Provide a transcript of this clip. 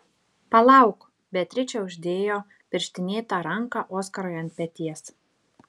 palauk beatričė uždėjo pirštinėtą ranką oskarui ant peties